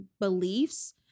beliefs